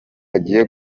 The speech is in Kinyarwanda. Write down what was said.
agiye